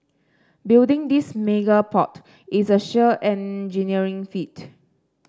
building this mega port is a sheer engineering feat